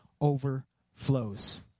overflows